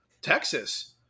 Texas